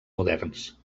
moderns